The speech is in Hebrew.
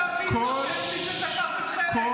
--- יוראי, היא לא מצדיקה.